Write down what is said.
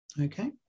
okay